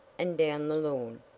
and down the lawn.